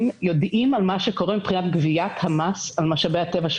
יודעים על מה שקורה מבחינת גביית המס על משאבי הטבע,